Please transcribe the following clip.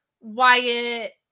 Wyatt